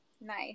Nice